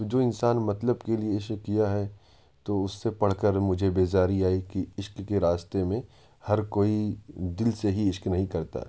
تو جو انسان مطلب کے لیے عشق کیا ہے تو اس سے پڑھ کر مجھے بیزاری آئی کہ عشق کے راستے میں ہر کوئی دل سے ہی عشق نہیں کرتا